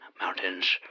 mountains